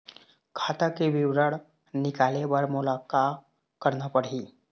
खाता के विवरण निकाले बर मोला का करना पड़ही?